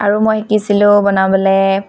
আৰু মই শিকিছিলো বনাবলৈ